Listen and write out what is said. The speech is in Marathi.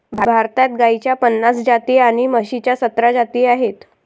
भारतात गाईच्या पन्नास जाती आणि म्हशीच्या सतरा जाती आहेत